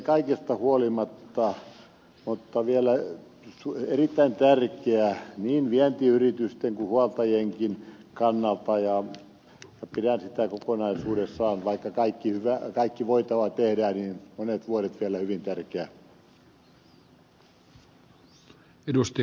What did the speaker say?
se on meille kaikesta huolimatta vielä erittäin tärkeä niin vientiyritysten kuin huoltajienkin kannalta ja pidän sitä kokonaisuudessaan vaikka kaikki voitava tehdään monet vuodet vielä hyvin tärkeänä